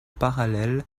parallèle